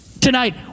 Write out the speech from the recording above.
Tonight